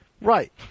Right